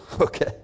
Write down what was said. Okay